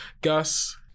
Gus